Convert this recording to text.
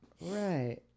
Right